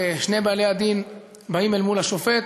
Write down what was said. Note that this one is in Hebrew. שני בעלי-דין באים אל מול שופט,